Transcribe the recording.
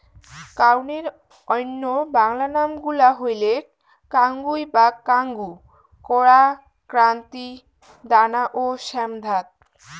কাউনের অইন্য বাংলা নাম গুলা হইলেক কাঙ্গুই বা কাঙ্গু, কোরা, কান্তি, দানা ও শ্যামধাত